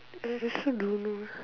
I also don't know